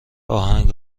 آهنگ